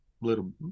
little